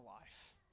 life